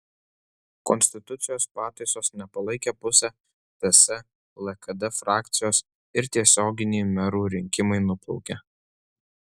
konstitucijos pataisos nepalaikė pusė ts lkd frakcijos ir tiesioginiai merų rinkimai nuplaukė